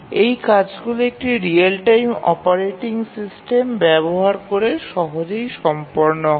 এই কাজগুলি একটি রিয়েল টাইম অপারেটিং সিস্টেম ব্যবহার করে সহজেই সম্পন্ন হয়